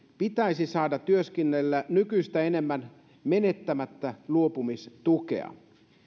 pitäisi saada työskennellä nykyistä enemmän menettämättä luopumistukea